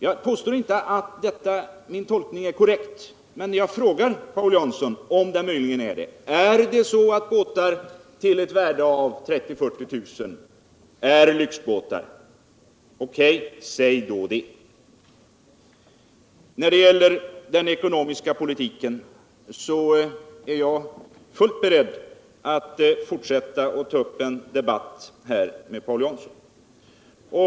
Jag påstår inte att min tolkning är korrekt, men jag frågar Paul Jansson om den möjligen är det. Är båtar med ett värde av 30 000-40 000 kr. lyxbåtar? O.K. — säg då det! När det gäller den ekonomiska politiken är jag fullt beredd att fortsätta även den debatten med Paul Jansson.